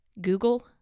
Google